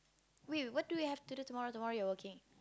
wait what do you have to do tomorrow tomorrow you're working